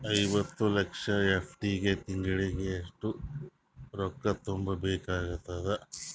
ಐವತ್ತು ಲಕ್ಷ ಎಫ್.ಡಿ ಗೆ ತಿಂಗಳಿಗೆ ಎಷ್ಟು ರೊಕ್ಕ ತುಂಬಾ ಬೇಕಾಗತದ?